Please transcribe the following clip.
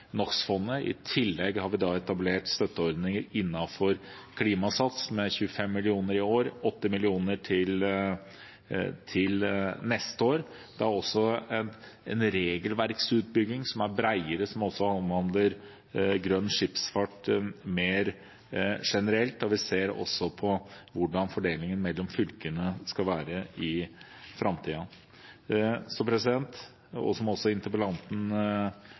i tillegg har vi etablert støtteordninger innenfor Klimasats, med 25 mill. kr i år, 80 mill. kr til neste år. Det er også en regelverksutbygging som er bredere, som omhandler grønn skipsfart mer generelt, og vi ser også på hvordan fordelingen mellom fylkene skal være i